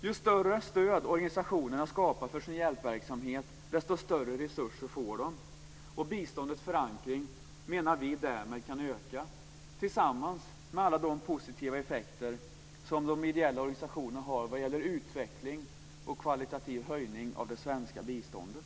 Ju större stöd organisationerna skapar för sin hjälpverksamhet, desto större resurser får de. Biståndets förankring kan därmed öka tillsammans med alla de positiva effekter som de ideella organisationerna har när det gäller utveckling och kvalitativ höjning av det svenska biståndet.